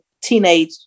teenage